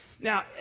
Now